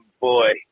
boy